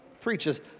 preaches